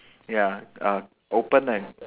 ya uh open and